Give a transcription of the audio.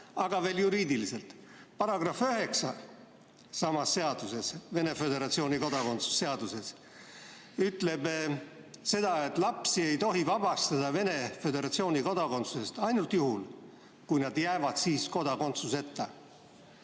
veel juriidiliselt: § 9 samas seaduses, Venemaa Föderatsiooni kodakondsuse seaduses, ütleb seda, et lapsi ei tohi vabastada Venemaa Föderatsiooni kodakondsusest ainult juhul, kui nad jäävad siis kodakondsuseta.